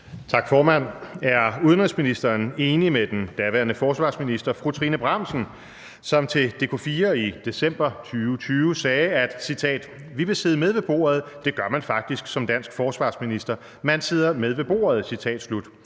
Tak, formand. Er udenrigsministeren enig med den daværende forsvarsminister, fru Trine Bramsen, som til dk4 i december 2020 sagde: Vi vil sidde med ved bordet – det gør man faktisk som dansk forsvarsminister. Man sidder med ved bordet. Og: Vi